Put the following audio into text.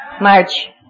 March